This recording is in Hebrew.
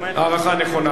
ההערכה נכונה.